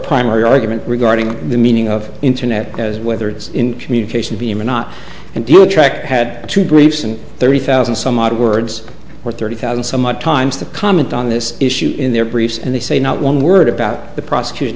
primary argument regarding the meaning of internet as whether it's in communication beam or not and do you track had to briefs and thirty thousand some odd words or thirty thousand some odd times to comment on this issue in their briefs and they say not one word about the prosecuti